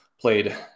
played